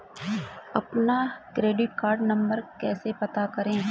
अपना credit card number कैसे पता करें?